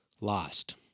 lost